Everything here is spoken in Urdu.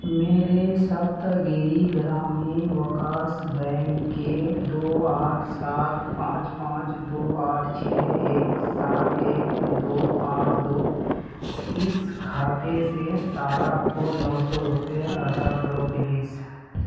میرے سپت گیری گرامین وکاس بینک کے دو آٹھ سات پانچ پانچ دو آٹھ چھ ایک سات ایک دو پانچ دو اس کھاتے سے سارہ کو نو سو روپے ادا کرو پلیز